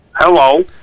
Hello